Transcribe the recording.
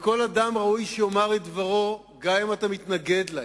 וכל אדם ראוי שיאמר את דברו גם אם אתה מתנגד לו.